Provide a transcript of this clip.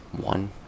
One